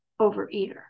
overeater